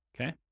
Okay